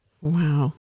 Wow